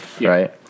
right